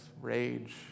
rage